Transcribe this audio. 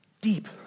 deep